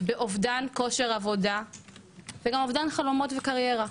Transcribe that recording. באובדן כושר עבודה ובאובדן חלומות וקריירה.